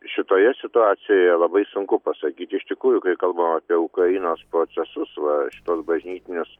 šitoje situacijoje labai sunku pasakyt iš tikrųjų kai kalbama apie ukrainos procesus va šituos bažnytinius